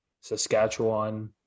saskatchewan